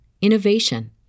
innovation